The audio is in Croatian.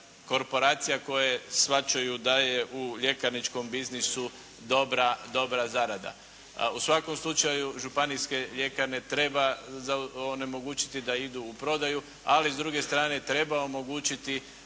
korporacija koje shvaćaju da je u ljekarničkom biznisu dobra zarada. U svakom slučaju županijske ljekarne treba onemogućiti da idu u prodaju, ali s druge strane treba omogućiti